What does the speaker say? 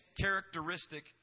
characteristic